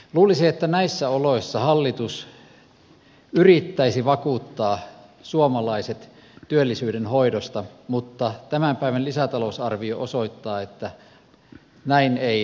luulisi että näissä oloissa hallitus yrittäisi vakuuttaa suomalaiset työllisyyden hoidosta mutta tämän päivän lisätalousarvio osoittaa että näin ei käynyt